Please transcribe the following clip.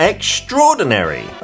Extraordinary